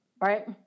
Right